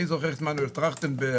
אני זוכר את מנואל טרכטנברג,